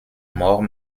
mort